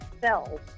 cells